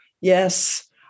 yes